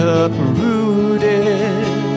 uprooted